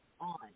on